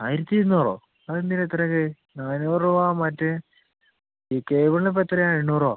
ആയിരത്തി ഇരുന്നൂറോ അത് എന്തിനാ ഇത്ര ഒക്കെ നാനൂറ് രൂപ മറ്റെ ഈ കേബിളിന് ഇപ്പം എത്രയാ എണ്ണൂറോ